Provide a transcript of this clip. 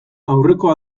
aurreko